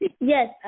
Yes